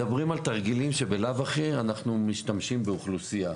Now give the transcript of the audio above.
מדברים על תרגילים שבלאו הכי אנחנו משתמשים באוכלוסייה,